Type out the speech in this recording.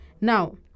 Now